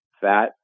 fat